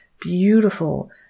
beautiful